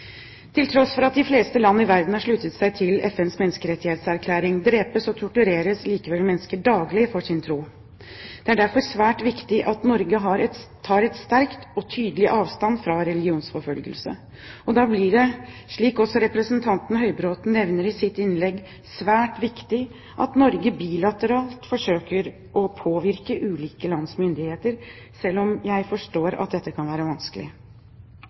Til tross for at de fleste land i verden har sluttet seg til FNs menneskerettighetserklæring, drepes og tortureres mennesker daglig for sin tro. Det er derfor svært viktig at Norge sterkt og tydelig tar avstand fra religionsforfølgelse. Da blir det også, slik representanten Høybråten nevner i sitt innlegg, svært viktig at Norge bilateralt forsøker å påvirke ulike lands myndigheter, selv om jeg forstår at dette kan være vanskelig.